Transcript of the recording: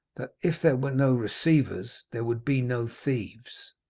that if there were no receivers there would be no thieves.